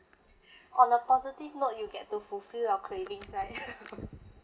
on a positive note you get to fulfill your cravings right